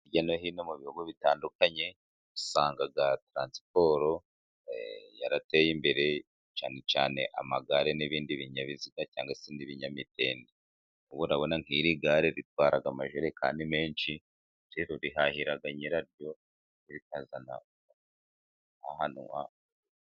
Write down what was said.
Hirya no hino mu bihugu bitandukanye, usanga taransiporo yarateye imbere, cyane cyane amagare n'ibindi binyabiziga cyangwa se n'ibinyamitende. Urabona nk'iri gare ritwara amajerekani menshi, rero rihahira nyiraryo rikazana umuhahanwa. .